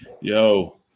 Yo